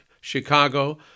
Chicago